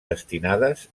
destinades